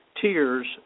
tiers